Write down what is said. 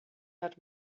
had